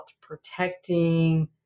protecting